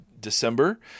December